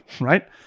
right